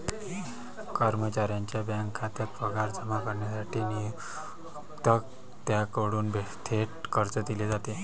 कर्मचाऱ्याच्या बँक खात्यात पगार जमा करण्यासाठी नियोक्त्याकडून थेट कर्ज दिले जाते